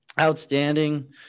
outstanding